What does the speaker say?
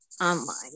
online